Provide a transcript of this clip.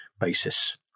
basis